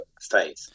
faith